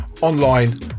online